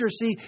see